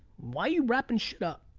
why you wrapping shit up?